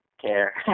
care